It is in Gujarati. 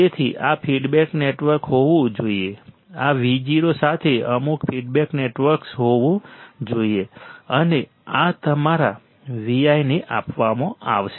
તેથી આ ફીડબેક નેટવર્ક હોવું જોઈએ આ Vo સાથે અમુક ફીડબેક નેટવર્ક હોવું જોઈએ અને આ તમારા Vi ને આપવામાં આવશે